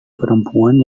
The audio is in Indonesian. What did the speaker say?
perempuan